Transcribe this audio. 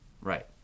Right